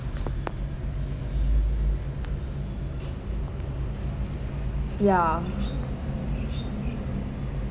ya